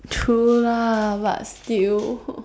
true lah but still